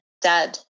dad